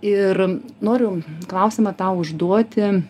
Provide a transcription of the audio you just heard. ir noriu klausimą tau užduoti